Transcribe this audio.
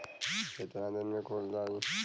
कितना दिन में खुल जाई?